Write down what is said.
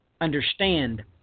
understand